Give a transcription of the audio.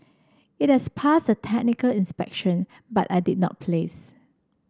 it has passed the technical inspection but I did not place